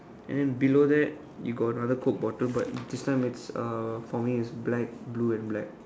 and then below that you got another coke bottle but this time it's uh for me it's black blue and black